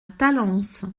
talence